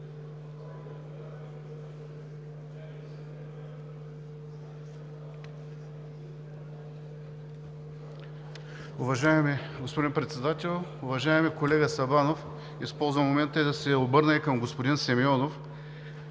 Уважаеми господин Председател! Уважаеми колега Сабанов, използвам момента да се обърна и към господин Симеонов,